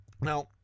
Now